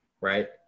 right